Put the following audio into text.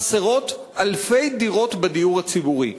חסרות אלפי דירות בדיור הציבורי.